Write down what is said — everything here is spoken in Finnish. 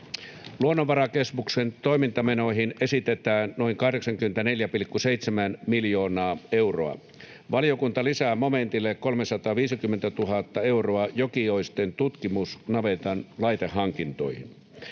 Luonnonvarakeskuksen toimintamenoihin esitetään noin 84,7 miljoonaa euroa. Valiokunta lisää momentille 350 000 euroa Jokioisten tutkimusnavetan laitehankintoihin.